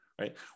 right